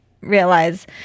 realize